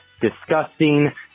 disgusting